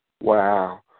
Wow